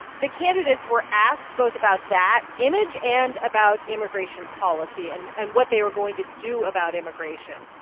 the candidates were asked both about that image and about immigration policy and and what they were going to do about immigration.